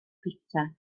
pitsa